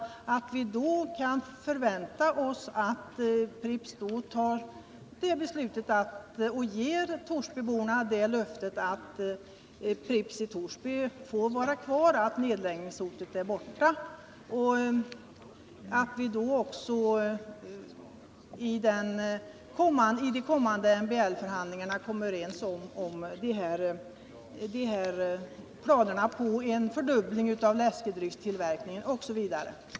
Kan vi då förvänta oss att Pripps fattar beslut som innebär ett löfte om att bryggeriet i Torsby får vara kvar, att nedläggningshotet är borta och att man i kommande MBL-förhandlingar skall komma överens om planerna på en fördubbling av läskedryckstillverkningen, osv.?